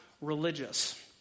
religious